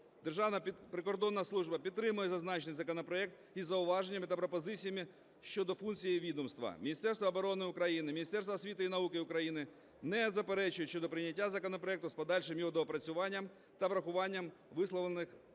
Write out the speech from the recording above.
Державна прикордонна служба підтримує зазначений законопроект із зауваженнями та пропозиціями щодо функції відомства. Міністерство оборони України, Міністерство освіти і науки України не заперечують щодо прийняття законопроекту з подальшим його доопрацюванням та врахуванням висловлених пропозицій.